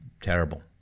terrible